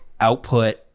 output